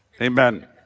Amen